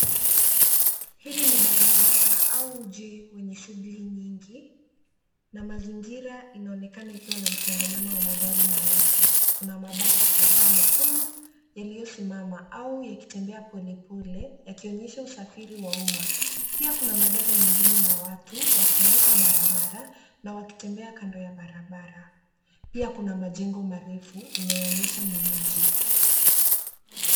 Hili ni barabara au mji wenye shughuli nyingi, na mazingira inaonekana ikiwa na msongamano wa magari na watu. Kuna mabasi kadhaa mekundu yaliyosimama, au yakitembea polepole yakionyesha usafiri wa umma. Pia kuna magari mengine na watu wakivuka barabara na wakitembea kando ya barabara. Pia kuna majengo marefu inayoonyesha ni mji.